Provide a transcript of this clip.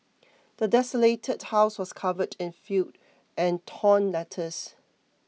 the desolated house was covered in filth and torn letters